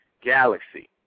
galaxy